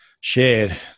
shared